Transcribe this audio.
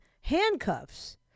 handcuffs